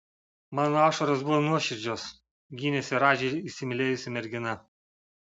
mano ašaros buvo nuoširdžios gynėsi radži įsimylėjusi mergina